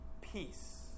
peace